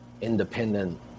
independent